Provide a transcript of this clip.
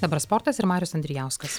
dabar sportas ir marius andrijauskas